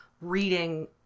reading